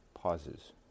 pauses